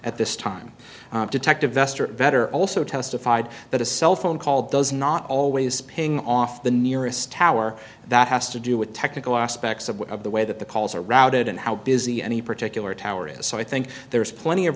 at this time detective vester vetter also testified that a cell phone call does not always paying off the nearest tower that has to do with technical aspects of the way that the calls are routed and how busy any particular tower is so i think there is plenty of